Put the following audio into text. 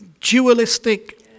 dualistic